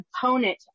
component